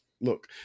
Look